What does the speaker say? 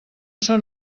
són